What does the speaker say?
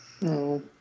No